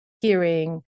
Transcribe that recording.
hearing